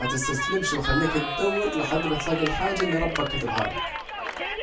متستسلمش وخليك تدور لحد ما تلاجي الحاجة الي ربك كاتبهالك